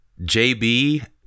JB